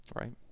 Right